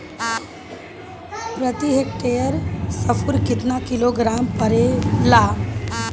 प्रति हेक्टेयर स्फूर केतना किलोग्राम परेला?